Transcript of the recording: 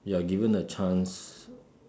you are given a chance